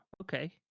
okay